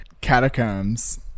catacombs